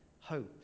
hope